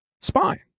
spine